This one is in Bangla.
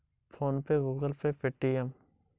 আপনার ব্যাংকের কি কি ইউ.পি.আই অ্যাপ আছে?